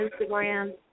Instagram